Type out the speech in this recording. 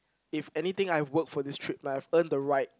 if anything I've worked for this trip like have earned the right